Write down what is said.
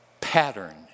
pattern